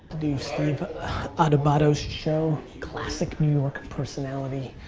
do steve adubato's show. classic new york personality.